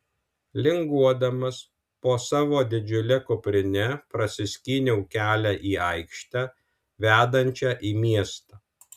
linguodamas po savo didžiule kuprine prasiskyniau kelią į aikštę vedančią į miestą